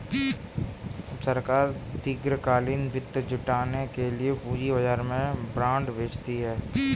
सरकार दीर्घकालिक वित्त जुटाने के लिए पूंजी बाजार में बॉन्ड बेचती है